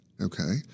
okay